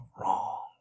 wrong